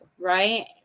right